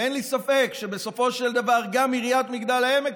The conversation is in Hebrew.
אין לי ספק שבסופו של דבר גם עיריית מגדל העמק